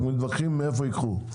אבל מתווכחים מאיפה ייקחו.